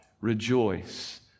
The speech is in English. rejoice